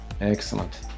Excellent